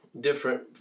different